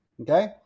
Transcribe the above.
okay